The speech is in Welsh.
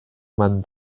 man